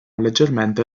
leggermente